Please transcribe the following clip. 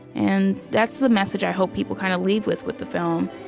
and that's the message i hope people kind of leave with, with the film,